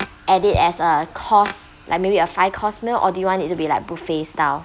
add it as a course like maybe a five course meal or do you want it to be like buffet style